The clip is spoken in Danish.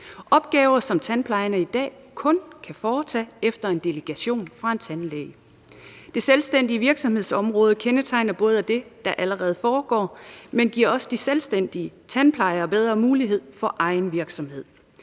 opgaver, som tandplejerne i dag kun kan foretage efter en delegation fra en tandlæge. Det selvstændige virksomhedsområde kendetegner både det, der allerede foregår, men giver også de selvstændige tandplejere bedre mulighed for egen virksomhed.